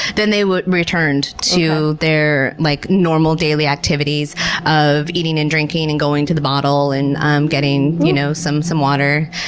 then they returned to their like normal daily activities of eating and drinking and going to the bottle and um getting you know some some water.